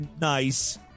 nice